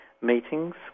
meetings